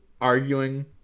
arguing